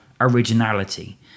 originality